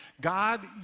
God